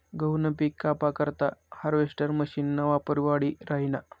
गहूनं पिक कापा करता हार्वेस्टर मशीनना वापर वाढी राहिना